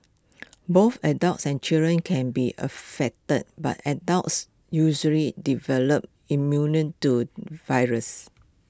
both adults and children can be affected but adults usually develop immunity to the virus